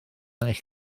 eich